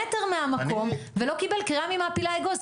מטר מהמקום ולא קיבל קריאה ממעפילי האגוז,